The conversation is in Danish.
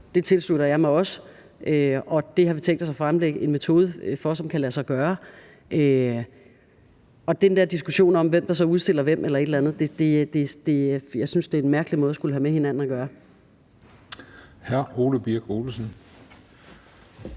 sig, tilslutter jeg mig også. Det har vi tænkt os at fremlægge en metode for, som kan lade sig gøre. Den diskussion om, hvem der så udstiller hvem eller et eller andet, synes jeg er en